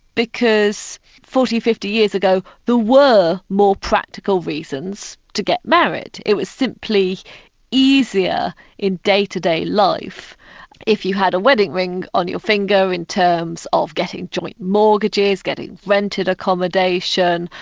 because forty, fifty years ago, there were more practical reasons to get married it was simply easier in day-to-day life if you had a wedding ring on your finger in terms of getting joint mortgages, getting rented accommodation,